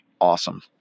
awesome